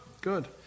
good